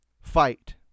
fight